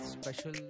special